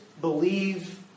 believe